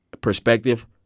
perspective